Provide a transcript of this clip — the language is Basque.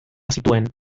zituen